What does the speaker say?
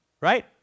right